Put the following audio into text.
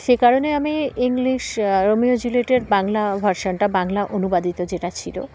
সে কারণে আমি English Romeo জুলিয়েটের বাংলা ভার্শনটা বাংলা অনুবাদিত যেটা ছিল